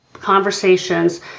conversations